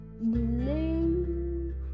blue